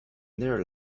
their